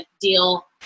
deal